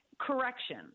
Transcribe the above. Correction